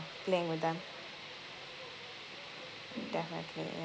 playing with them definitely ya